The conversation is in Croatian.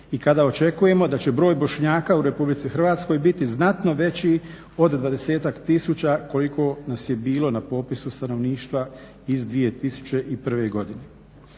i kada očekujemo da će broj Bošnjaka u RH biti znatno veći od 20-ak tisuća koliko nas je bilo na popisu stanovništva iz 2001. godine.